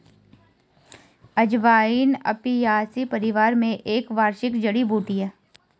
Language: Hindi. अजवाइन अपियासी परिवार में एक वार्षिक जड़ी बूटी है